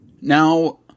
Now